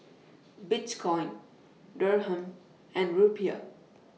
Bitcoin Dirham and Rupiah